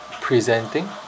presenting